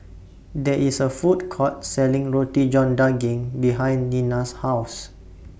There IS A Food Court Selling Roti John Daging behind Nina's House